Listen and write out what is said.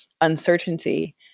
uncertainty